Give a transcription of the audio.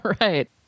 right